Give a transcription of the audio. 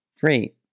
great